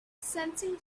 sensing